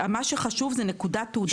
מה שחשוב זה נקודת תעודת הזהות.